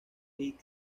high